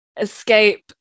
escape